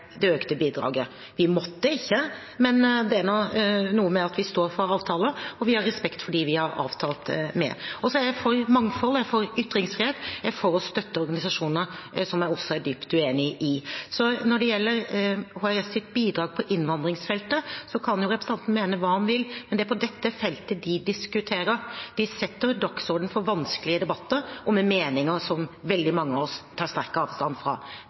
det økte bidraget. Vi måtte ikke, men det er noe med at vi står for avtaler, og vi har respekt for dem vi har avtaler med. Jeg er for mangfold, jeg er for ytringsfrihet, og jeg er for å støtte også organisasjoner som jeg er dypt uenig med. Når det gjelder HRS’ bidrag på innvandringsfeltet, kan representanten mene hva han vil, men det er på dette feltet de diskuterer. De setter dagsordenen for vanskelige debatter og med meninger som veldig mange av oss tar sterkt avstand fra.